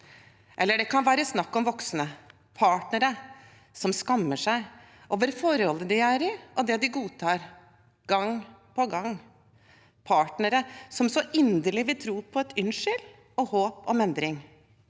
Eller det kan være snakk om voksne: partnere som skammer seg over forholdene de er i, og det de godtar gang på gang, partnere som så inderlig vil tro på et unnskyld og håp om endring,